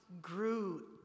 grew